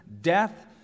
death